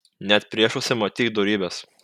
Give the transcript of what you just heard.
net priešuose matyk dorybes